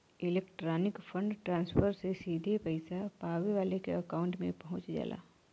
electronic fund transfer से सीधे पइसा पावे वाले के अकांउट में पहुंच जाला